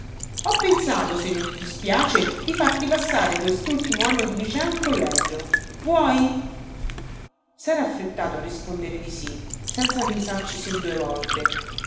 ho pensato se non ti dispiace di farti passare questultimo anno di liceo in collegio vuoi sera affrettato a rispondere di sì senza pensarci su due volte